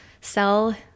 sell